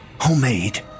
homemade